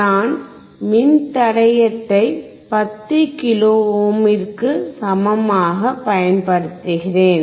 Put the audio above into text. நான் மின்தடையத்தை 10 கிலோ ஓமிற்கு சமமாக பயன்படுத்துகிறேன்